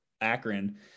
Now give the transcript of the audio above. Akron